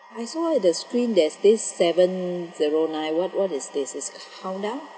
I saw the screen there's this seven zero nine what what is this it's countdown